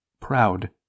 proud